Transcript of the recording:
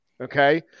Okay